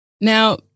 Now